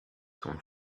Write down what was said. sont